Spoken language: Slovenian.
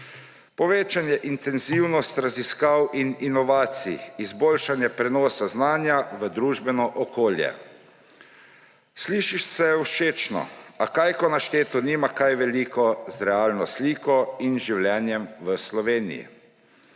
povečanje intenzivnosti raziskav in inovacij, izboljšanje prenosa znanja v družbeno okolje. Sliši se všečno, a kaj, ko našteto nima kaj veliko z realno sliko in življenjem v Sloveniji.